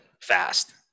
fast